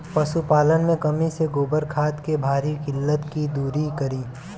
पशुपालन मे कमी से गोबर खाद के भारी किल्लत के दुरी करी?